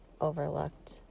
overlooked